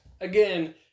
again